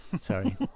Sorry